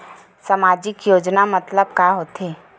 सामजिक योजना मतलब का होथे?